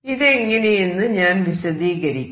ഇതെങ്ങനെയെന്നു ഞാൻ വിശദീകരിക്കാം